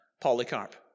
Polycarp